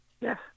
Yes